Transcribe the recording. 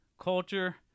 culture